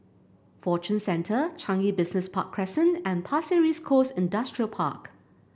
Fortune Centre Changi Business Park Crescent and Pasir Ris Coast Industrial Park